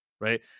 right